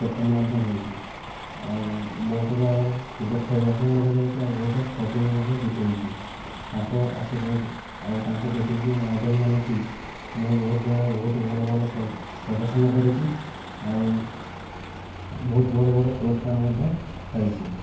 captain ମଧ୍ୟ ହୋଇଛି ଆଉ ବହୁତ ଜାଗାରେ କ୍ରିକେଟ୍ ଖେଳିବାକୁ ମଧ୍ୟ ଯାଇଛି ଆଉ ବହୁତ ଟ୍ରଫି ବି ମଧ୍ୟ ଜିତେଇଛି ତାଙ୍କ ଆଶୀର୍ବାଦ ଆଉ ତାଙ୍କୁ ଦେଖିକି ମୁଁ ଆଇଡ଼ଲ୍ ମାନିକି ମୁଁ ବହୁତ ଜାଗାରେ ବହୁତ ଭଲ ଭଲ ପ୍ରଦର୍ଶନ କରିଛି ଆଉ ବହୁତ ବଡ଼ ବଡ଼ ପୁରସ୍କାର ମଧ୍ୟ ପାଇଛି